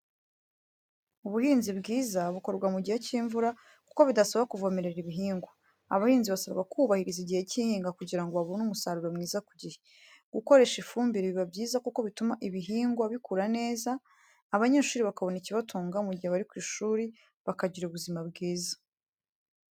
Ubuhinzi bwiza bukorwa mu gihe cy'imvura kuko bidasaba kuvomerera ibihigwa. Abahinzi basabwa kubahiriza igihe cy'ihinga kugira ngo babone umusaruro mwiza ku gihe. Gukoresha ifumbire biba byiza kuko bituma ibihigwa bikura neza abanyeshuri bakabona ikibatunga mu gihe bari ku ishuri bakagira ubuzima bwiza.